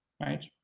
right